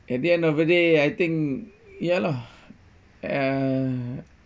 at the end of the day I think ya lah uh